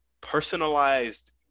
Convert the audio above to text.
personalized